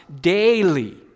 daily